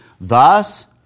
Thus